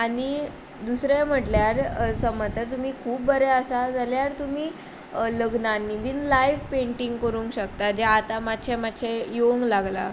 आनी दुसरें म्हटल्यार समज जर तुमी खूब बरे आसा जाल्यार तुमी लग्नानी बी लायव पेंटींग करूंक शकता जें आतां मातशें मातशें येवक लागलां